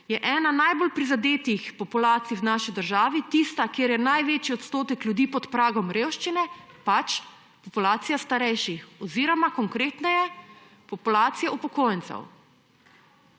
je ena najbolj prizadetih populacij v naši državi tista, kjer je največji odstotek ljudi pod pragom revščine, populacija starejših oziroma konkretneje – populacija upokojencev.